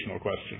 question